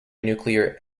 nuclear